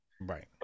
Right